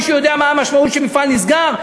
מישהו יודע מה המשמעות שמפעל נסגר?